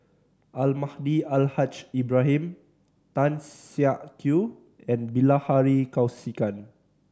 Almahdi Al Haj Ibrahim Tan Siak Kew and Bilahari Kausikan